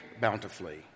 bountifully